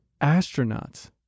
astronauts